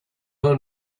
who